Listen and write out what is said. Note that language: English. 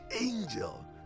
angel